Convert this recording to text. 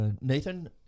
nathan